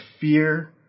fear